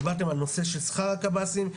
דיברתם על נושא של שכר הקבסי"ם,